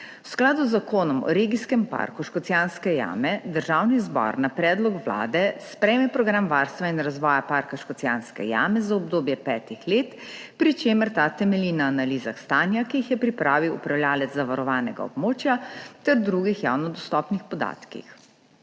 V skladu z Zakonom o regijskem parku Škocjanske jame Državni zbor na predlog Vlade sprejme program varstva in razvoja Parka Škocjanske jame za obdobje petih let, pri čemer ta temelji na analizah stanja, ki jih je pripravil upravljavec zavarovanega območja ter drugih javno dostopnih podatkih.